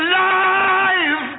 Alive